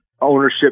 ownership